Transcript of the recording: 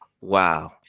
Wow